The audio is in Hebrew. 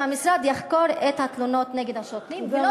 שהמשרד יחקור את התלונות נגד השוטרים ולא